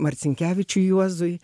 marcinkevičiui juozui